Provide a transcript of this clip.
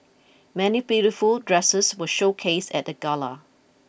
many beautiful dresses were showcased at the gala